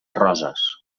roses